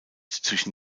zwischen